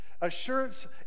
assurance